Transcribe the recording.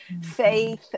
faith